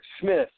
Smith